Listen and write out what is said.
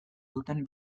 duten